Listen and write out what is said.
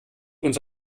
uns